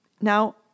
Now